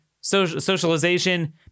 socialization